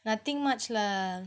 nothing much lah